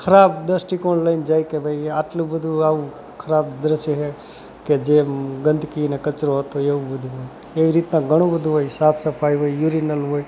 ખરાબ દૃષ્ટિકોણ લઈને જાય કે ભાઈ આટલું બધું આવું ખરાબ દૃશ્ય છે કે જે ગંદકીને કચરો હતો એવું બધું એવી રીતના ઘણું બધું હોય સાફસફાઈ હોય યુરીનલ હોય